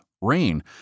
rain